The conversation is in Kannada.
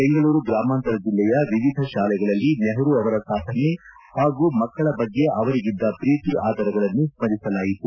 ಬೆಂಗಳೂರು ಗ್ರಾಮಾಂತರ ಜಿಲ್ಲೆಯ ವಿವಿಧ ಶಾಲೆಗಳಲ್ಲಿ ನೆಹರು ಅವರ ಸಾಧನೆ ಹಾಗೂ ಮಕ್ಕಳ ಬಗ್ಗೆ ಅವರಿಗಿದ್ದ ಪ್ರೀತಿ ಆದರಗಳನ್ನು ಸ್ಕರಿಸಲಾಯಿತು